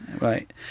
right